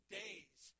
days